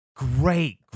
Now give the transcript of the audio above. Great